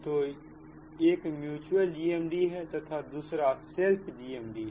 तो एक mutual GMD तथा दूसरा सेल्फ GMD है